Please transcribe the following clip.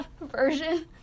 version